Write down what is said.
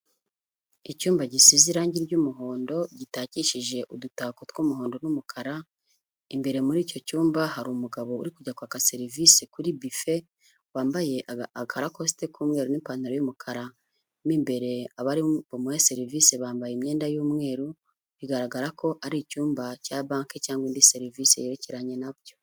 Icyumba gisize irange ry'umuhondo gitakishije udutako tw'umuhondo n'umukara, imbere muri icyo cyumba hari umugabo uri kujya kwaka serivise kuri bife wambaye akarakosite k'umweru n'ipantaro y'umukara. Mu imbere abari bumuhe serivise bambaye imyenda y'umweru, bigaragara ko ari icyumba cya banke cyangwa indi serivise yerekeranye nabyo.